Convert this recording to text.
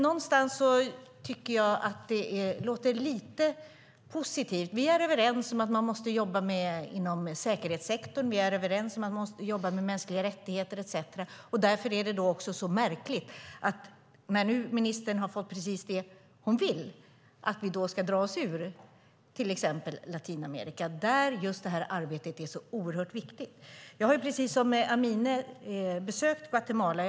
Någonstans tycker jag att det låter lite positivt. Vi är överens om att man måste jobba inom säkerhetssektorn, överens om att man måste jobba med mänskliga rättigheter etcetera. Därför är det märkligt att vi, när ministern har fått precis det hon vill, ska dra oss ur till exempel Latinamerika, där just det arbetet är så oerhört viktigt. Jag har precis som Amineh besökt Guatemala.